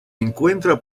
encuentra